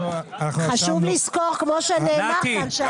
זה מה ש --- נתי,